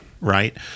Right